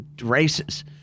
races